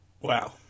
Wow